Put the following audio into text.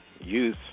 youth